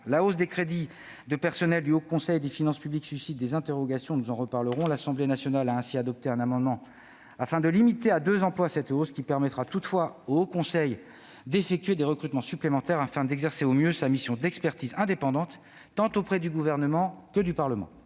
La hausse des crédits de personnel du Haut Conseil des finances publiques suscite des interrogations dont nous reparlerons. L'Assemblée nationale a ainsi adopté un amendement afin de limiter cette hausse à deux emplois. Le Haut Conseil pourra toutefois effectuer des recrutements supplémentaires afin d'exercer au mieux sa mission d'expertise indépendante tant auprès du Gouvernement que du Parlement.